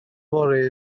fory